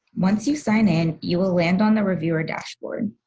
once you sign in, you will land on the reviewer dashboard.